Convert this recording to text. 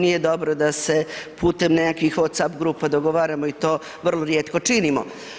Nije dobro da se putem nekakvih whatsapp grupa dogovaramo i to vrlo rijetko činimo.